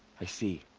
i see.